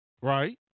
Right